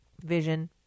Vision